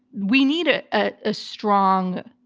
we need a ah ah strong,